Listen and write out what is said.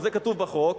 וזה כתוב בחוק,